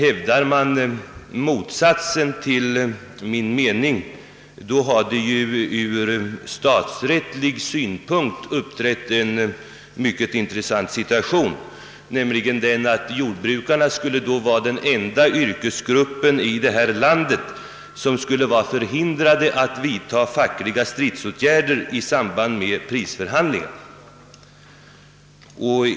Hävdar man motsatsen till min mening, har det ur statsrättslig synpunkt uppträtt en mycket intressant situation. Jordbrukarna skulle då vara den enda yrkesgrupp i detta land som skulle vara förhindrad att vidta fackliga stridsåtgärder i samband med prisförhandlingar.